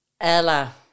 Ella